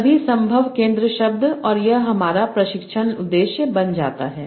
सभी संभव केंद्र शब्द और यह हमारा प्रशिक्षण उद्देश्य बन जाता है